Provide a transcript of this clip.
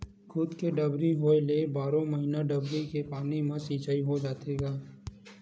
खुद के डबरी होए ले बारो महिना डबरी के पानी म सिचई हो जाथे गा